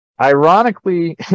Ironically